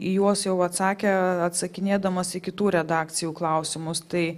į juos jau atsakė atsakinėdamas į kitų redakcijų klausimus tai